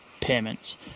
payments